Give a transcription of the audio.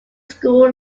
school